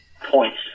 Points